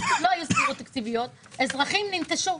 לא היו סגירות תקציביות אזרחים ננטשו.